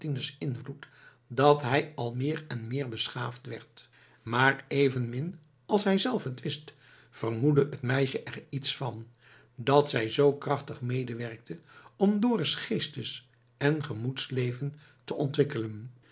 invloed dat hij al meer en meer beschaafd werd maar evenmin als hij zelf het wist vermoedde het meisje er iets van dat zij zoo krachtig medewerkte om dorus geestes en gemoedsleven te ontwikkelen